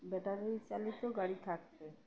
battery চালিতো গাড়ি থাকতে